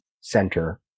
center